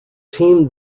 team